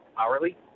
hourly